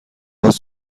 باز